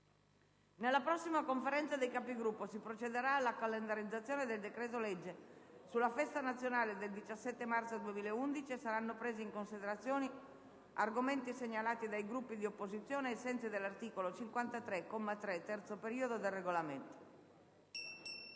Nella prossima Conferenza dei Capigruppo si procederà alla calendarizzazione del decreto-legge sulla Festa nazionale del 17 marzo 2011 e saranno presi in considerazione argomenti segnalati dai Gruppi di opposizione ai sensi dell'articolo 53, comma 3, terzo periodo, del Regolamento.